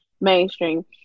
mainstream